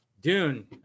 dune